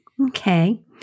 Okay